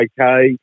okay